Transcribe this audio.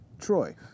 Troy